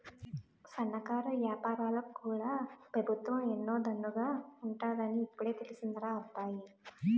సన్నకారు ఏపారాలకు కూడా పెబుత్వం ఎన్ను దన్నుగా ఉంటాదని ఇప్పుడే తెలిసిందిరా అబ్బాయి